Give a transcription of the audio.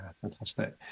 fantastic